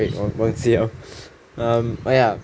wait 我忘记 liao